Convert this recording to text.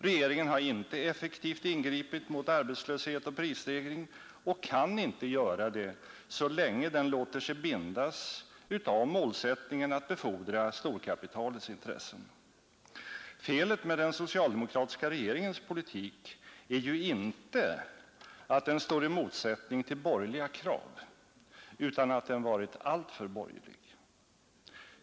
Regeringen har inte effektivt ingripit mot arbetslöshet och prisstegring och kan inte göra det så länge den låter sig bindas av målsättningen att befordra storkapitalets intressen. Felet med den socialdemokratiska regeringens politik är ju inte att den står i motsättning till borgerliga krav, utan att den varit alltför borgerlig.